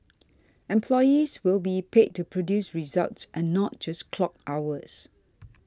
employees will be paid to produce results and not just clock hours